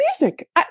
music